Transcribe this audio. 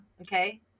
okay